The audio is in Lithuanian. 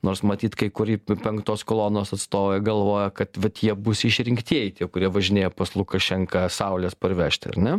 nors matyt kai kuri penktos kolonos atstovai galvoja kad vat jie bus išrinktieji tie kurie važinėja pas lukašenką saulės parvežti ar ne